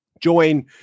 join